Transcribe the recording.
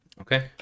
okay